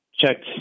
checked